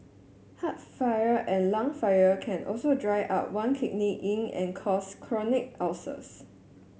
heart fire and lung fire can also dry up one kidney yin and cause chronic ulcers